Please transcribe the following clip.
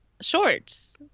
shorts